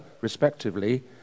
respectively